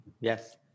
yes